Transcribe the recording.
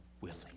willing